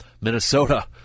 Minnesota